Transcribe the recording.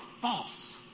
false